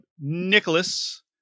Nicholas